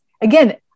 again